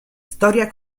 storia